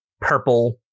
purple